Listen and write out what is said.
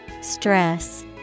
Stress